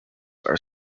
are